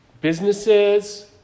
businesses